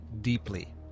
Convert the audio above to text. deeply